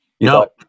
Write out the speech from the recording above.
No